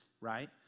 right